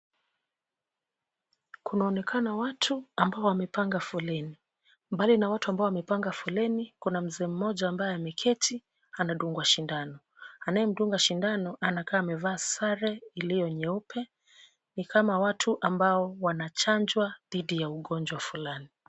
Kunaonekana watu ambao wamepanga foleni. Mbali na watu ambao wamepanga foleni, kuna mzee mmoja ambaye ameketi, anadungwa shindano. Anayemdunga shindano anakaa amevaa sare ile nyeupe, ni kama watu ambao wanachanjwa dhidi ya ugonjwa fulani.